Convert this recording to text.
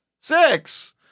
Six